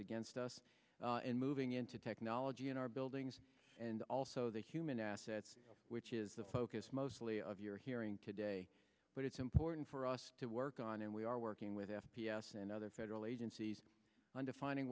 against us in moving into technology in our buildings and also the human assets which is the focus mostly of you're hearing today but it's important for us to work on and we are working with f p s and other federal agencies on defining